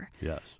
Yes